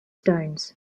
stones